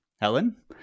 Helen